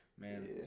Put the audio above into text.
Man